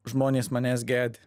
žmonės manęs gedi